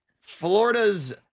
Florida's